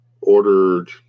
ordered